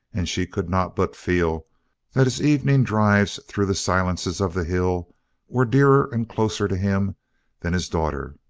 and she could not but feel that his evening drives through the silences of the hill were dearer and closer to him than his daughter.